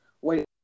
wait